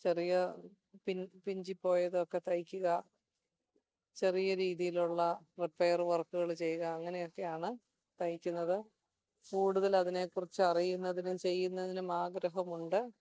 ചെറിയ പിഞ്ചിപ്പോയത് ഒക്കെ തയ്ക്കുക ചെറിയ രീതിയിലുള്ള റിപ്പേറ് വർക്കുകൾ ചെയ്യൂ അങ്ങനെയൊക്കെയാണ് തയ്ക്കുന്നത് കൂടുതൽ അതിനെ കുറിച്ചു അറിയുന്നതിനും ചെയ്യുന്നതിനും ആഗ്രഹമുണ്ട്